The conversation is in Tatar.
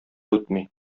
үтми